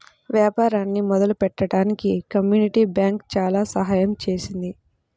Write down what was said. వ్యాపారాన్ని మొదలుపెట్టడానికి community bank చాలా సహాయం చేసింది